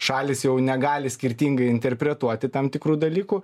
šalys jau negali skirtingai interpretuoti tam tikrų dalykų